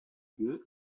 dieu